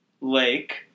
lake